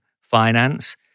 finance